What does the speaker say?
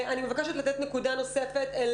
אני מבקשת להתייחס לנקודה נוספת של